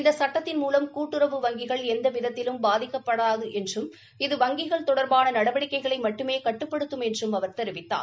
இந்த சுட்டத்தின் மூலம் கூட்டுறவு வங்கிகள் எந்த விதத்திலும் பாதிக்கப்படாது என்றும் இது வங்கிகள் தொடர்பான நடவடிக்கைகளை மட்டுமே கட்டுப்படுத்தும் என்றும் அவர் தெரிவித்தார்